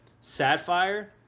sapphire